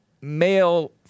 male